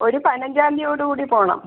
ഒരു പതിനഞ്ചാം തീയതിയോട് കൂടി പോകണം